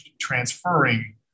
transferring